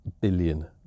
billion